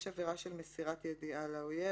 111 "מסירת ידיעה לאויב".